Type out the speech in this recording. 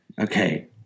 Okay